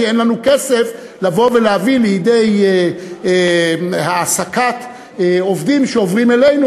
כי אין לנו כסף להביא לידי העסקת עובדים שעוברים אלינו,